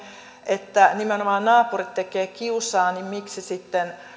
että nimenomaan naapurit tekevät kiusaa niin miksi sitten